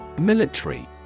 Military